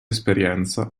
esperienza